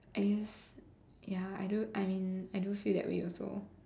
yes ya I do I mean I do feel that way also